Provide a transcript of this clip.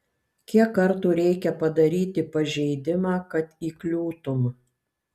kiek kartų reikia padaryti pažeidimą kad įkliūtum